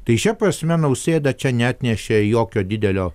tai šia prasme nausėda čia neatnešė jokio didelio